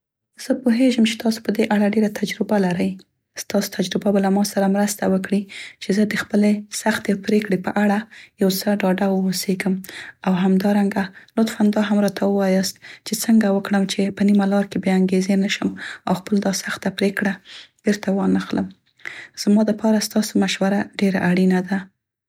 زه پوهیږم چې تاسو په دې اړه ډیره تجربه لری، ستاسو تجربه به له ماسره مرسته وکړي چې زه د خپلې سختې پریکړې په اړه یو څه ډاډه واوسیګم. او همدرانګه لطفاً دا هم راته ووایاست چې څنګه وکړم چې په نیمه لار کې بې انګیزې نشم؟ او خپل دا سخته پریکړه بیرته وانخلم. زما دپاره ستاسو مشوره ډيره اړینه ده.